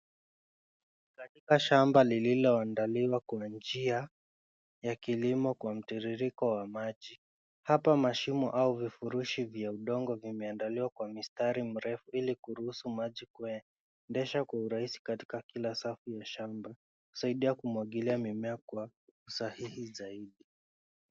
Katika shamba lililoandaliwa kwa njia ya kilimo kwa mtirirko wa maji. Hapa mashimo au vifurushi vya udongo vimeandaliwa kwa mistari mirefu ili kuruhusu maji kuendeshwa kwa urahisi katika kila safu ya shamba, kusaidia kumwagilia mimea kwa usahihi zaidi.